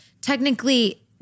Technically